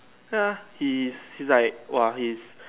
ya he is he is like !wah! he is